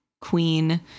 queen